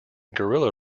guerrilla